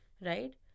Right